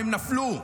והם נפלו.